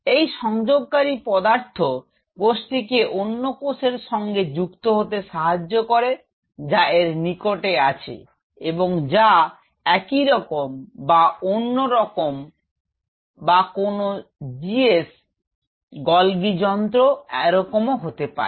এই সংযোগকারী পদার্থ কোষটিকে অন্য কোষের সঙ্গে যুক্ত হতে সাহায্য করে যা এর নিকটে আছে এবং যা একইরকম বা অন্য রকম বা কোনও GS গল্গি যন্ত্র এরকমও হতে পারে